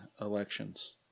elections